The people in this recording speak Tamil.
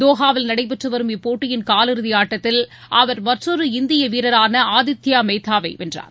தோஹாவில் நடைபெற்றுவரும் இப்போட்டியின் காலிறுதி ஆட்டத்தில் அவர் மற்றொரு இந்திய வீரரான ஆதித்யா மெக்தாவை வென்றார்